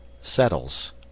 settles